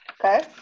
Okay